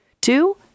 Two